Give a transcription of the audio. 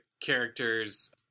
characters